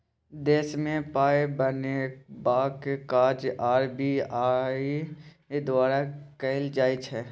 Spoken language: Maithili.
देशमे पाय बनेबाक काज आर.बी.आई द्वारा कएल जाइ छै